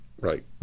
Right